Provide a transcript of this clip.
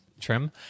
trim